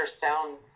sound